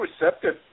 receptive